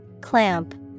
clamp